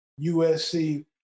USC